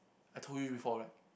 I told you before right